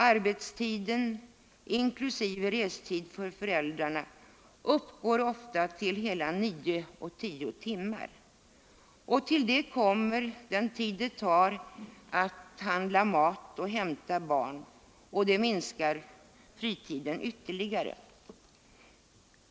Arbetstiden inklusive restid för föräldrarna uppgår ofta till hela nio eller tio timmar om dagen. Till det kommer det den tid det tar att handla mat och hämta barn, och det minskar fritiden ytterligare.